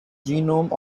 genome